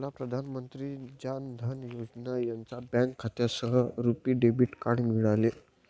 मला प्रधान मंत्री जान धन योजना यांच्या बँक खात्यासह रुपी डेबिट कार्ड मिळाले